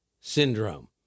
Syndrome